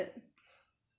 你 sure mah